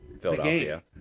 Philadelphia